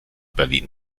berlin